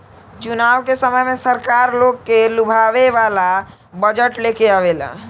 चुनाव के समय में सरकार लोग के लुभावे वाला बजट लेके आवेला